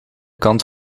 kant